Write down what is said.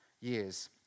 years